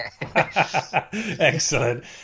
Excellent